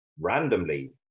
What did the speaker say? randomly